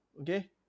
okay